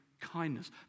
kindness